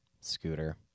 scooter